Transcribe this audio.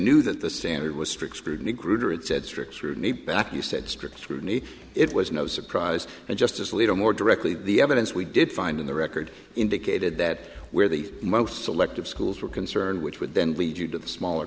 knew that the standard was strict scrutiny grouper it said strict scrutiny back you said strict scrutiny it was no surprise and justice alito more directly the evidence we did find in the record indicated that where the most selective schools were concerned which would then lead you to the smaller